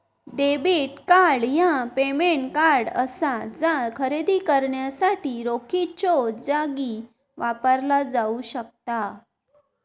debit card ह्या payment card असा जा खरेदी करण्यासाठी रोखीच्यो जागी वापरला जाऊ शकता